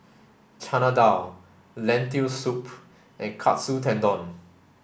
Chana Dal Lentil soup and Katsu Tendon